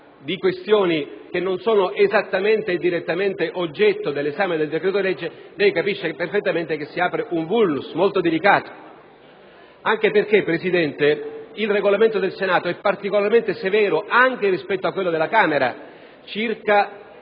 di questioni che non sono esattamente e direttamente oggetto dell'esame del decreto-legge, lei capisce perfettamente che si apre un *vulnus* molto delicato anche perché, Presidente, il Regolamento del Senato è particolarmente severo, anche rispetto a quello della Camera, circa